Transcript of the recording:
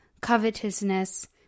covetousness